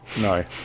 No